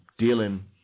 dealing